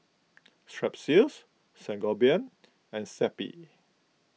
Strepsils Sangobion and Zappy